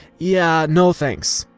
yeah, no thanks.